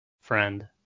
friend